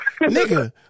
Nigga